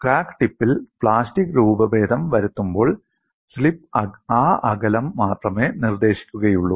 crack ടിപ്പിൽ plastic രൂപഭേദം വരുത്തുമ്പോൾ സ്ലിപ്പ് ആ തലം മാത്രമേ നിർദ്ദേശിക്കുകയുള്ളൂ